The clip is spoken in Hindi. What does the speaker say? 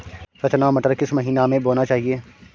रचना मटर किस महीना में बोना चाहिए?